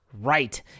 Right